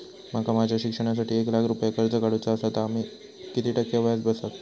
माका माझ्या शिक्षणासाठी एक लाख रुपये कर्ज काढू चा असा तर माका किती टक्के व्याज बसात?